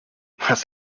was